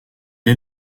est